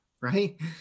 right